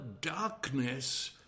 darkness